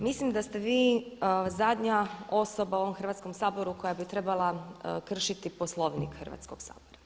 Mislim da ste vi zadnja osoba u ovom Hrvatskom saboru koja bi trebala kršiti Poslovnik Hrvatskog sabora.